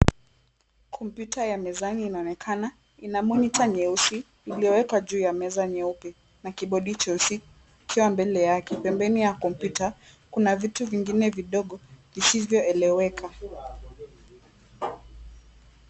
Kompyuta ya mezani inaonekana. Ina monita nyeusi iliyowekwa juu ya meza nyeupe na kibodi cheusi ikiwa mbele yake. Pembeni ya komputa kuna vitu vingine vidogo visivyoeleweka.